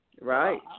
Right